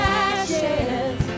ashes